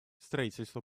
строительство